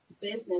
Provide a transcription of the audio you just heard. business